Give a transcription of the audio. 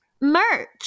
merch